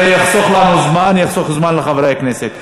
זה יחסוך לנו זמן, יחסוך זמן לחברי הכנסת.